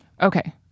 Okay